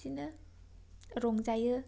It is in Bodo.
बिदिनो रंजायो